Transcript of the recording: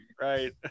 right